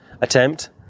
attempt